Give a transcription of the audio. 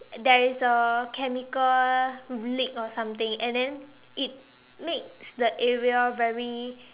there is a chemical leak or something and then it makes the area very